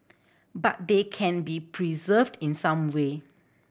but they can be preserved in some way